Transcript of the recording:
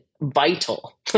vital